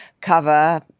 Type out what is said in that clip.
cover